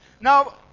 Now